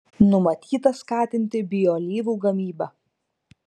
numatyta skatinti bioalyvų gamybą